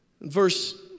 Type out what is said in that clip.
Verse